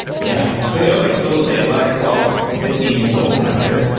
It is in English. yeah. so okay, so let's say eleven or twelve or fifteen years old. i'm not sure.